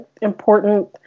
important